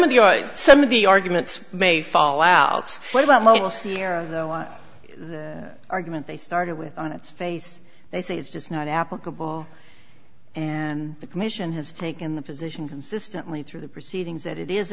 of the some of the arguments may fall out what about most here argument they started with on its face they say it's just not applicable and the commission has taken the position consistently through the proceedings that it is